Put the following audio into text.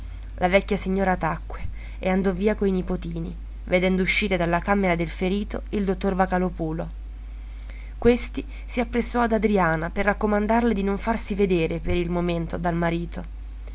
la vecchia signora tacque e andò via coi nipotini vedendo uscire dalla camera del ferito il dottor vocalòpulo questi si appressò ad adriana per raccomandarle di non farsi vedere per il momento dal marito